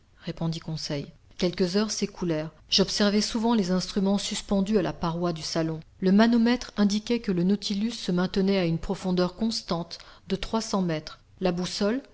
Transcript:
répondit conseil quelques heures s'écoulèrent j'observais souvent les instruments suspendus à la paroi du salon le manomètre indiquait que le nautilus se maintenait à une profondeur constante de trois cents mètres la boussole